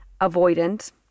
avoidant